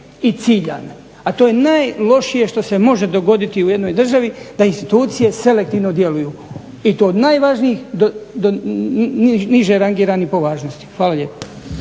i ciljane, a to je najlošije što se može dogoditi u jednoj državi da institucije selektivno djeluju i to od najvažnijih do niže rangiranih po važnosti. Hvala lijepo.